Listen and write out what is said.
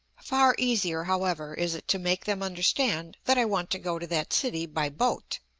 far easier, however, is it to make them understand that i want to go to that city by boat.